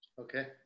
okay